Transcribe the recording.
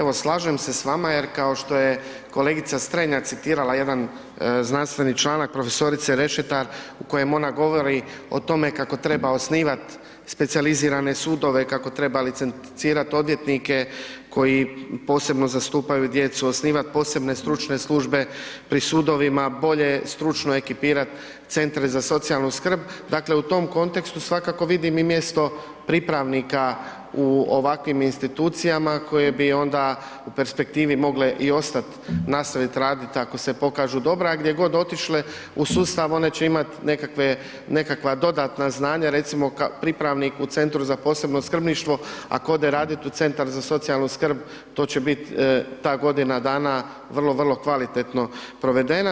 Evo, slažem se s vama jer kao što je kolegica Strenja citirala jedan znanstveni članak profesorice Rešetar u kojem ona govori o tome kako treba osnivati specijalizirane sudove, kako treba licencirati odvjetnike koji posebno zastupaju djecu, osnivati posebne stručne službe pri sudovima, bolje stručno ekipirati centre za socijalnu skrb, dakle u tom kontekstu svakako vidim i mjesto pripravnika u ovakvim institucijama koje bi onda u perspektivi mogle i ostati nastaviti raditi ako se pokažu dobre, a gdje god otišle u sustav, one će imati nekakve, nekakva dodatna znanja, recimo pripravnik u Centru za posebno skrbništvo, ako ode radit u Centar za socijalnu skrb, to će biti ta godina dana vrlo, vrlo kvalitetno provedena.